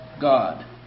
God